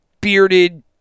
bearded